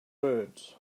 words